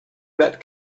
met